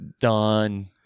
done